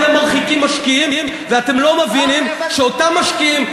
אתם מרחיקים משקיעים ואתם לא מבינים שאותם משקיעים,